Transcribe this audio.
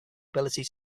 ability